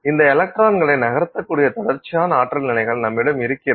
இந்த எலக்ட்ரான்களை நகர்த்தக்கூடிய தொடர்ச்சியான ஆற்றல் நிலைகள் நம்மிடம் இருக்கிறது